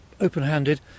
open-handed